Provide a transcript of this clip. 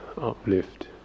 uplift